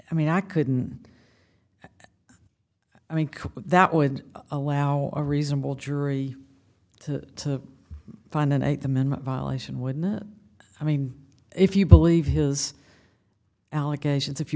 i mean i couldn't i mean that would allow a reasonable jury to find an eighth amendment violation when the i mean if you believe his allegations if you